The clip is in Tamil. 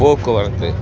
போக்குவரத்து